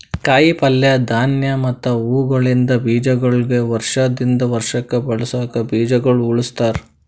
ಕಾಯಿ ಪಲ್ಯ, ಧಾನ್ಯ ಮತ್ತ ಹೂವುಗೊಳಿಂದ್ ಬೀಜಗೊಳಿಗ್ ವರ್ಷ ದಿಂದ್ ವರ್ಷಕ್ ಬಳಸುಕ್ ಬೀಜಗೊಳ್ ಉಳುಸ್ತಾರ್